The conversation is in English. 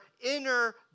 inner